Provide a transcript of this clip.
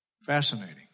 Fascinating